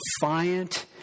defiant